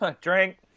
Drink